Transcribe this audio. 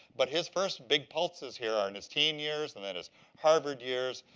but his first big pulses here are in his teen years and then his harvard years,